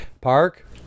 Park